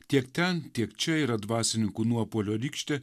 tiek ten tiek čia yra dvasininkų nuopuolio rykštė